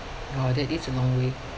!wow! that is a long way